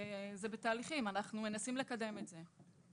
וזה בתהליכים, אנחנו מנסים לקדם את זה.